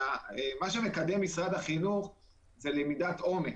מה שמקדם משרד החינוך זה למידת עומק